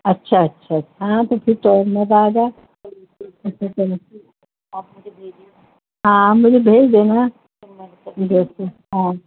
اچھا اچھا اچھا ہاں تو پھر ٹائم آ ہاں مجھے بھیج دینا